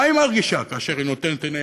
מה היא מרגישה כאשר היא נותנת עיניה